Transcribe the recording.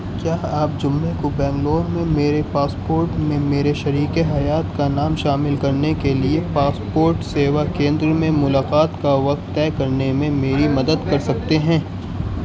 کیا آپ جمعے کو بنگلور میں میرے پاسپورٹ میں میرے شریک حیات کا نام شامل کرنے کے لیے پاسپورٹ سیوا کیندر میں ملاقات کا وقت طے کرنے میں میری مدد کر سکتے ہیں